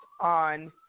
on